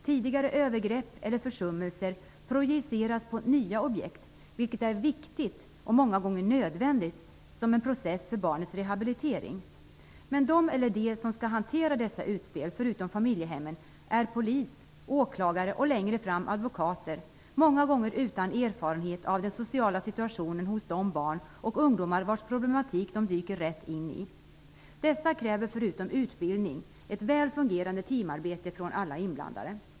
Tidigare övergrepp eller försummelser projiceras på nya objekt, vilket är viktigt och många gånger en nödvändig process för barnets rehabilitering. Den eller de som skall hantera dessa utspel förutom familjehemmen är polis, åklagare och längre fram advokater, som många gånger saknar erfarenhet av den sociala situationen för de barn och ungdomar vars problematik de dyker rätt in i. Dessa kräver förutom utbildning ett väl fungerande teamarbete från alla inblandade.